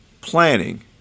planning